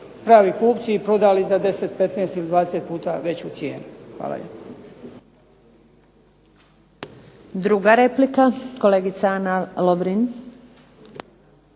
pravi kupci i prodali za 10, 15 ili 20 puta veću cijenu. Hvala